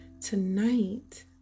Tonight